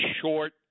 short